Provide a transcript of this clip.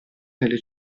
nelle